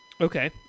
Okay